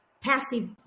passive